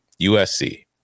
USC